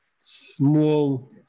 small